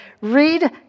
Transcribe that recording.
Read